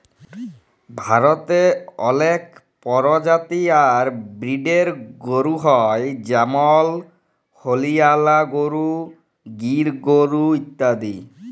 ভারতে অলেক পরজাতি আর ব্রিডের গরু হ্য় যেমল হরিয়ালা গরু, গির গরু ইত্যাদি